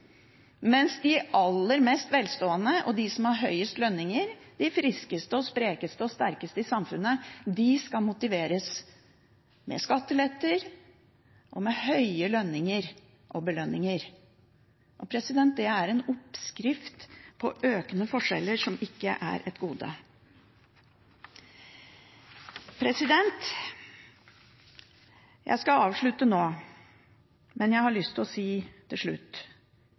mens de aller mest velstående og de som har høyest lønninger, de friskeste og sprekeste og sterkeste i samfunnet, skal motiveres med skatteletter og med høye lønninger og belønninger. Det er en oppskrift på økende forskjeller som ikke er et gode. Jeg skal avslutte nå, men jeg har lyst til å si til slutt,